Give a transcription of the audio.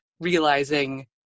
realizing